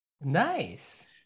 nice